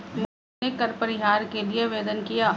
मोहिनी ने कर परिहार के लिए आवेदन किया